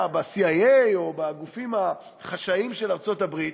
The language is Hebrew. ב-CIA, או בגופים החשאיים של ארצות-הברית,